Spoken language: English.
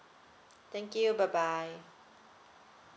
thank you bye bye